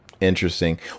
Interesting